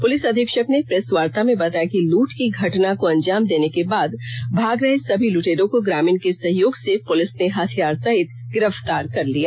police अधीक्षक ने press वार्ता में बताया कि लूट की घटना को अंजाम देने के बाद भाग रहे सभी लुटेरों को ग्रामीण के सहयोग से पुलिस ने हथियार सहित गिरफ्तार कर लिया